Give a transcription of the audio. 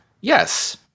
Yes